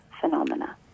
phenomena